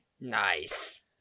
Nice